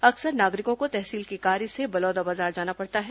अकसर नागरिकों को तहसील के कार्य से बलौदाबाजार जाना पड़ता है